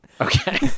Okay